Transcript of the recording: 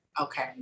Okay